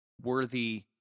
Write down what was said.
worthy